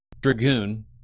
Dragoon